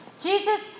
Jesus